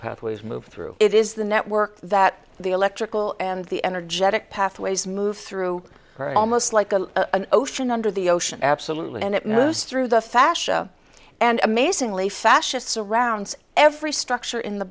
pathways move through it is the network that the electrical and the energetic pathways move through almost like a ocean under the ocean absolutely and it moves through the fashion and amazingly fascist surrounds every structure in the